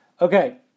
Okay